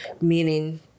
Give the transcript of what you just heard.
meaning